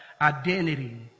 identity